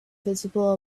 visible